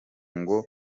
ngo